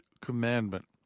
Commandment